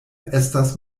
estas